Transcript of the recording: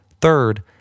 Third